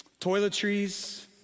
toiletries